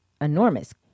enormous